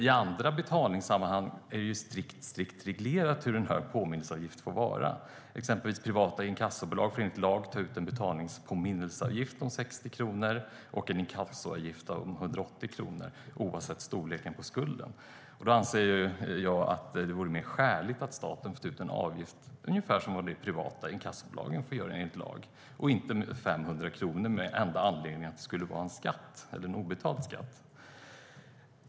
I andra betalningssammanhang är det strikt reglerat hur hög en påminnelseavgift får vara. Exempelvis får privata inkassobolag enligt lag ta ut en betalningspåminnelseavgift om 60 kronor och en inkassoavgift om 180 kronor, oavsett storleken på skulden. Då anser jag att det vore mer skäligt om staten fick ta ut en avgift som motsvarar ungefär vad de privata inkassobolagen får ta ut enligt lag, i stället för att ta ut 500 kronor av den enda anledningen att det handlar om en obetald skatt.